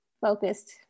focused